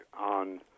on